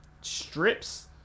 strips